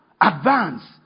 advance